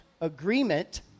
agreement